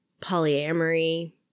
polyamory